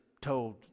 told